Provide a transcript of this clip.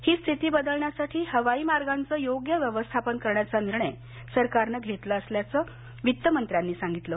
ही स्थिती बदलण्यासाठी हवाई मार्गांचं योग्य व्यवस्थापन करण्याचा निर्णय सरकारनं घेतला असल्याचं वित्तमंत्र्यांनी सांगितलं